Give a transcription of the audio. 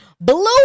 blue